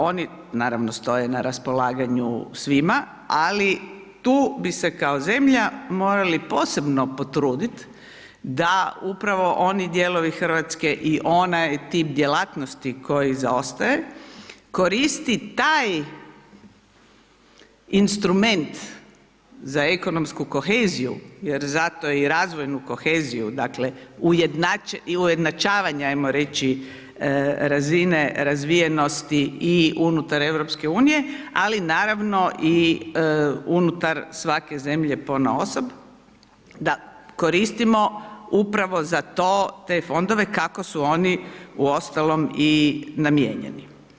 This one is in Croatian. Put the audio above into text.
Oni naravno stoje na raspolaganju svima ali tu bi se kao zemlja morali posebno potrudit da upravo oni dijelovi Hrvatske i onaj tip djelatnosti koji zaostaje, koristi taj instrument za ekonomski koheziju jer zato i razvoju koheziju dakle i ujednačavanja ajmo reći razine razvijenosti i unutar EU-a, ali naravno i unutar svake zemlje ponaosob da koristimo upravo za to, te fondove kako su oni uostalom i namijenjeni.